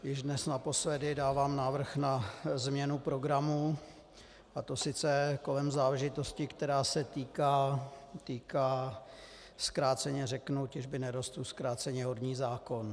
Již dnes naposledy dávám návrh na změnu programu, a to sice kolem záležitosti, která se týká, zkráceně řeknu, těžby nerostů, zkráceně horní zákon.